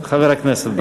חבר הכנסת ברוורמן.